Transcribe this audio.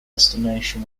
destination